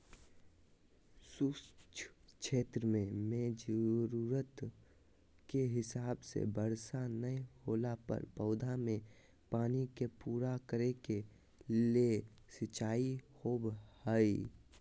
शुष्क क्षेत्र मेंजरूरत के हिसाब से वर्षा नय होला पर पौधा मे पानी के पूरा करे के ले सिंचाई होव हई